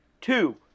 two